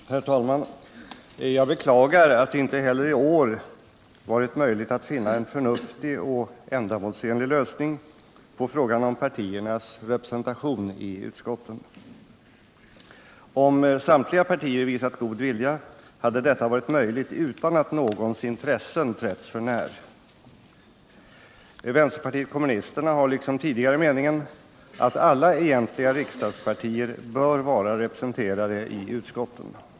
Herr talman! Jag beklagar att det inte heller i år har varit möjligt att finna en förnuftig och ändamålsenlig lösning på frågan om partiernas representation i utskotten. Om samtliga partier visat god vilja hade detta varit möjligt utan att någons intressen trätts förnär. Vpk har liksom tidigare meningen att alla egentliga riksdagspartier bör vara representerade i utskotten.